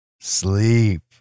sleep